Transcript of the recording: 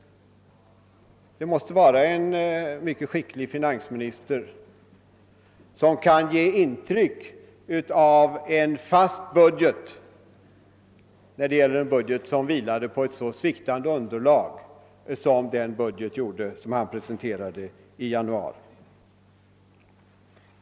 Det krävs en mycket skicklig finansminister för att ge intryck av fasthet hos en budget som vilar på ett sådant sviktande underlag som den budget gjorde vilken presenterades i januari.